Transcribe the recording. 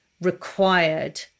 required